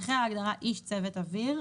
אחרי ההגדרה ""איש צוות אוויר",